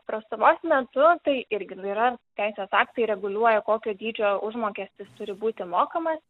prastovos metu tai irgi yra teisės aktai reguliuoja kokio dydžio užmokestis turi būti mokamas